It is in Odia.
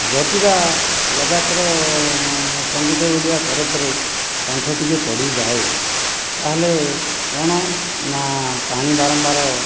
ଯଦିବା ଲଗାତାର ସଙ୍ଗୀତ ବୋଲିବା ପରେ ପରେ କଣ୍ଠ ଟିକେ ପଡ଼ିଯାଏ ତାହେଲେ କଣ ନା ପାଣି ବାରମ୍ବାର